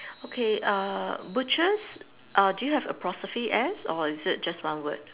okay uh butchers uh do you have apostrophe S or is it just one word